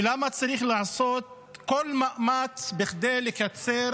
ולמה צריך לעשות כל מאמץ כדי לקצר